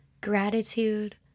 gratitude